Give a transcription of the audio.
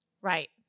Right